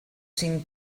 cinc